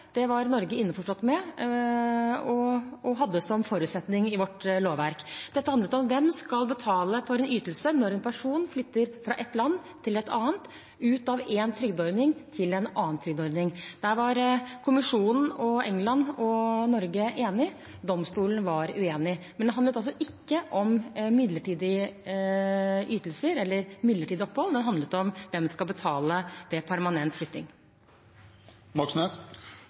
var Norge innforstått med, og hadde som forutsetning i lovverket. Dette handlet om hvem som skal betale for en ytelse når en person flytter fra et land til et annet – ut av en trygdeordning til en annen trygdeordning. Der var kommisjonen og Storbritannia og Norge enig, domstolen var uenig. Men det handlet altså ikke om midlertidig ytelse eller midlertidig opphold, det handlet om hvem som skal betale ved permanent